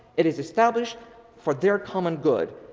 it is established for their common good.